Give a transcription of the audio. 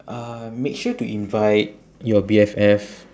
uh make sure to invite your B_F_F